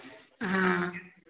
हाँ